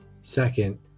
Second